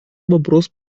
вопрос